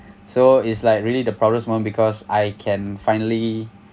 so is like really the proudest moment because I can finally